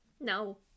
No